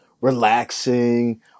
relaxing